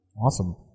Awesome